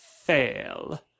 Fail